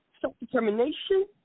Self-Determination